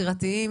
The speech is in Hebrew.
ויצירתיים.